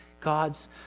God's